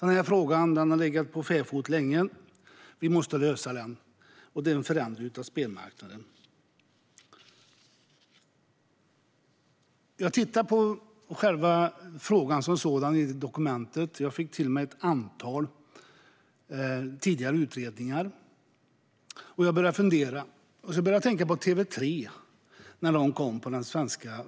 Den här frågan har legat för fäfot länge. Vi måste lösa den. Det handlar om en förändring av spelmarknaden. Jag tittade på frågan som sådan i dokumentet. Jag fick till och med ett antal tidigare utredningar. Jag började fundera och kom att tänka på när TV3 kom in på den svenska